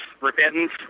repentance